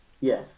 Yes